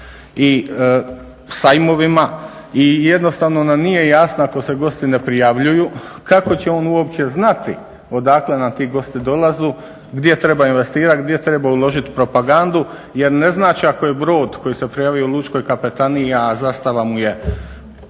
i sajmovima i jednostavno nam nije jasno ako se gosti ne prijavljuju kako će oni uopće znati odakle nam ti gosti dolazu, gdje treba investirati, gdje treba uložiti propagandu jer ne znači ako je brod koji se prijavio u lučkoj kapetaniji a zastava mu je